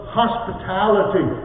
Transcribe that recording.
hospitality